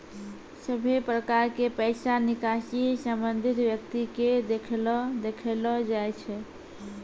सभे प्रकार के पैसा निकासी संबंधित व्यक्ति के देखैलो जाय छै